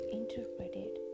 interpreted